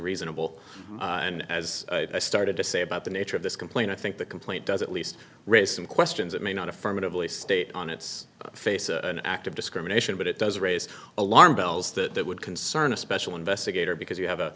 reasonable and as i started to say about the nature of this complaint i think the complaint does at least raise some questions it may not affirmatively state on its face an act of discrimination but it does raise alarm bells that would concern a special investigator because you have a